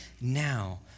now